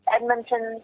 Edmonton